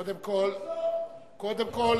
קודם כול,